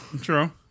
True